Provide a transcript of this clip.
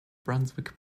brunswick